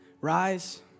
rise